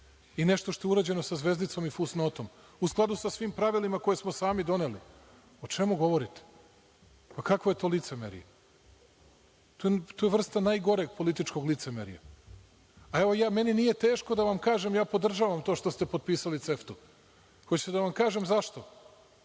i nešto što je urađeno sa zvezdicom i fusnotom, u skladu sa svim pravilima koje smo sami doneli. O čemu govorite? Pa, kakvo je to licemerje? To je vrsta najgoreg političkog licemerja. Evo, meni nije teško da vam kažem, podržavam to što ste potpisali CEFT-u. Hoćete da vam kažem zašto?